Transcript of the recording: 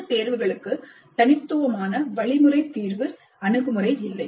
இந்த தேர்வுகளுக்கு தனித்துவமான வழிமுறை தீர்வு அணுகுமுறை இல்லை